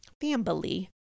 family